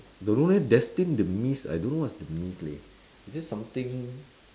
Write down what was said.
don't know leh destined demise I don't know what is demise leh is it something